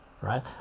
right